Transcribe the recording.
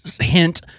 hint